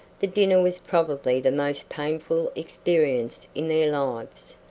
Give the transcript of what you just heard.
the dinner was probably the most painful experience in their lives.